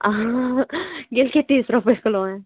हाँ गिल्की तीस रुपये किलो है